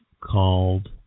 called